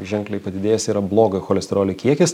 ženkliai padidėjęs yra blogojo cholesterolio kiekis